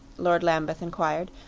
lord lambeth inquired.